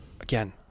Again